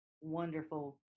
wonderful